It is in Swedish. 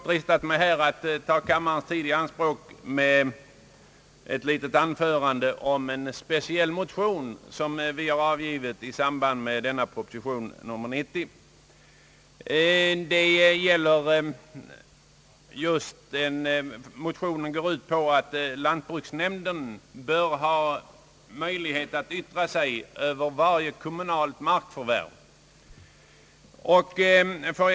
Jag dristar mig dock att ta kammarens tid i anspråk med ett kort anförande om en speciell motion, I: 841, som vi har avgivit i anledning av proposition nr 90. Motionen går ut på att lantbruksnämnden bör ha möjlighet att yttra sig över varje kommunalt markförvärv.